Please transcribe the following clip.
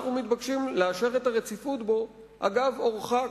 ואנחנו מתבקשים לאשר את הרציפות בו אגב אורחא.